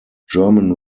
german